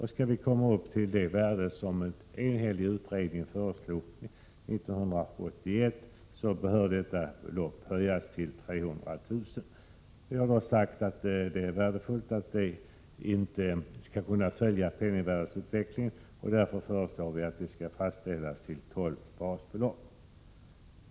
Om vi skall komma upp till det realvärde som en enhällig utredning föreslog 1981 behöver detta belopp höjas till 300 000 kr. Vi menar att det är värdefullt om grundavdraget kan följa penningvärdesutvecklingen. Vi föreslår därför att grundavdraget skall fastställas till tolv basbelopp.